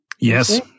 Yes